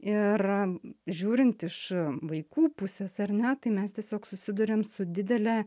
ir žiūrint iš vaikų pusės ar ne tai mes tiesiog susiduriam su didele